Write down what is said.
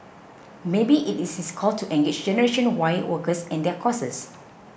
maybe it is his call to engage generation Y workers and their causes